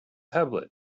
tablet